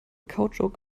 kautschuk